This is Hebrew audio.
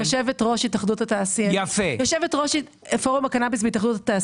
יושבת-ראש פורום הקנאביס בהתאחדות התעשיינים.